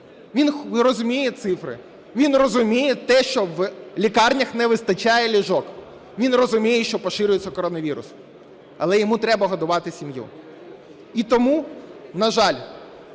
Він розуміє цифри, він розуміє те, що в лікарнях не вистачає ліжок, він розуміє, що поширюється коронавірус, але йому треба годувати сім'ю. І тому, на жаль,